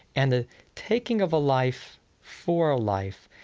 and the taking of a life for a life,